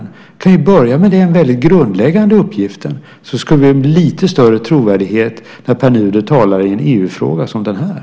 Ni kan ju börja med den väldigt grundläggande uppgiften, så skulle det bli lite större trovärdighet när Pär Nuder talar i en EU-fråga som den här.